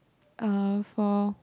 uh for